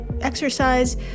exercise